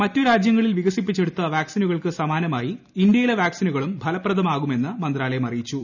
മറ്റു രാജ്യങ്ങളിൽ വികസിപ്പിച്ചെടുത്ത വാക്സിനുകൾക്ക് സമാനമായി ഇന്ത്യയിലെ വാക്സിനുകളും ഫലപ്രദമാകും എന്ന് മന്ത്രാലയം അറിയിച്ചു